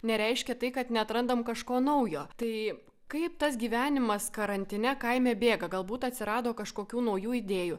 nereiškia tai kad neatrandam kažko naujo taip kaip tas gyvenimas karantine kaime bėga galbūt atsirado kažkokių naujų idėjų